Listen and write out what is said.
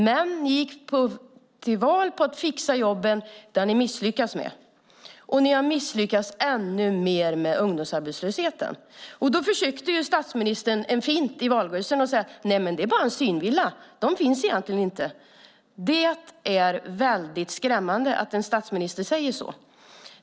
Men ni gick till val på att fixa jobben. Det har ni misslyckats med, och ni har misslyckats ännu mer när det gäller ungdomsarbetslösheten. Statsministern försökte sig på en fint i valrörelsen genom att säga: Nej, men det är bara en synvilla. De finns egentligen inte. Det är väldigt skrämmande att en statsminister säger så.